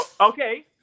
okay